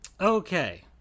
Okay